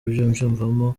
biyumvamo